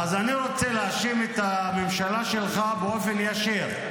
אז אני רוצה להאשים את הממשלה שלך באופן ישיר.